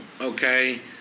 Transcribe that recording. Okay